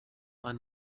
ein